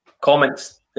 comments